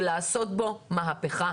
ולעשות בו מהפיכה.